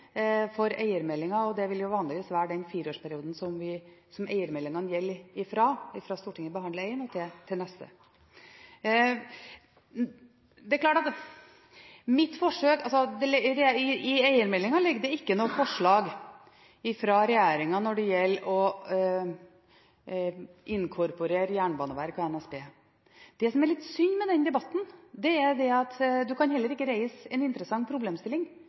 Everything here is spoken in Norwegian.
gjelder for eiermeldingen. Det vil jo vanligvis være den fireårsperioden som eiermeldingene gjelder for, fra Stortinget behandler en melding og til den neste. I eiermeldingen ligger det ikke noe forslag fra regjeringen om å inkorporere Jernbaneverket og NSB. Det som er litt synd med den debatten, er at en heller ikke kan reise en interessant problemstilling